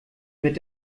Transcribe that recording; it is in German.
mit